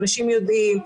אנשים יודעים,